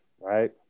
right